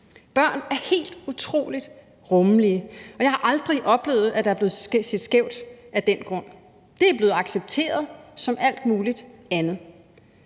Børn er helt utrolig rummelige, og jeg har aldrig oplevet, at der er blevet set skævt til dem af den grund. Det er blevet accepteret som alt muligt andet.